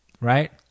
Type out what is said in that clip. right